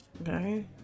Okay